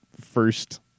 first